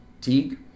Teague